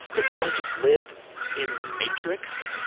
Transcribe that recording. that you don't just live in the matrix?